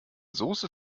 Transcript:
soße